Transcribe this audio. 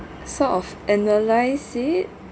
sort of analyse it